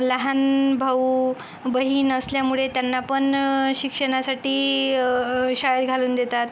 लहान भाऊ बहीण असल्यामुळे त्यांना पण शिक्षणासाठी शाळेत घालून देतात